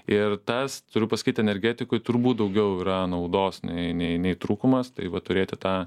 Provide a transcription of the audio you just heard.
ir tas turiu pasakyt energetikui turbūt daugiau yra naudos nei nei nei trūkumas tai vat turėti tą